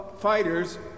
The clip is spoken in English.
fighters